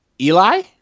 Eli